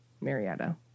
Marietta